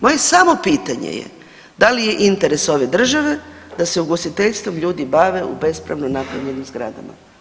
Moje samo pitanje je da li je interes ove države da se ugostiteljstvom ljudi bave u bespravno napravljenim zgradama?